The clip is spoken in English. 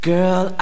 Girl